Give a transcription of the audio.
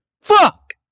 Fuck